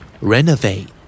Renovate